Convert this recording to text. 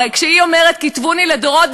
הרי כשהיא אומרת: כתבוני לדורות,